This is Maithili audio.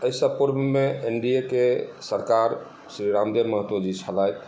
एहिसॅं पूर्वमे एन डी ए के सरकार श्री रामदेव महत्व जी छलथि